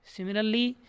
Similarly